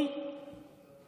בשפה הערבית,